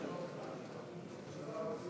גברתי